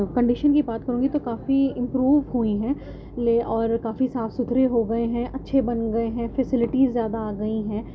condition کی بات کروں گی تو کافی امپروو ہوئی ہیں اور کافی صاف ستھرے ہو گئے ہیں اچھے بن گئے ہیں فیسلٹیز زیادہ آ گئی ہیں